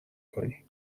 کنی